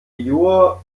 jure